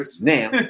now